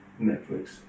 Netflix